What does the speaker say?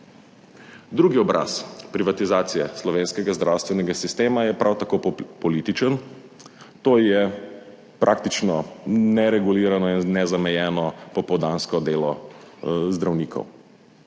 Drugi obraz privatizacije slovenskega zdravstvenega sistema je prav tako političen, to je praktično neregulirano in nezamejeno popoldansko delo zdravnikov,